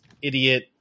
idiot